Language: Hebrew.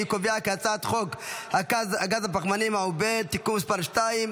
אני קובע כי הצעת חוק הגז הפחמימני המעובה (תיקון מס' 2),